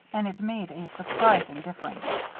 and it made a surprising difference.